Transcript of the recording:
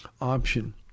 option